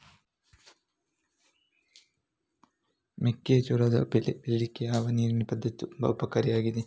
ಮೆಕ್ಕೆಜೋಳದ ಬೆಳೆ ಬೆಳೀಲಿಕ್ಕೆ ಯಾವ ನೀರಿನ ಪದ್ಧತಿ ತುಂಬಾ ಉಪಕಾರಿ ಆಗಿದೆ?